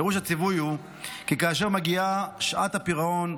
פירוש הציווי הוא כי כאשר מגיעה שעת הפירעון,